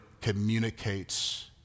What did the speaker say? communicates